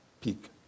Peak